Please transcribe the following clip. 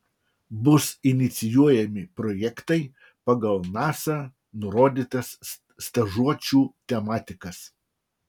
bus inicijuojami projektai pagal nasa nurodytas stažuočių tematikas